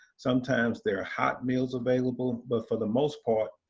sometimes there are hot meals available, but for the most part,